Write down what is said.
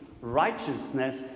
righteousness